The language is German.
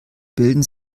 bilden